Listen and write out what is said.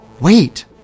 Wait